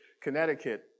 Connecticut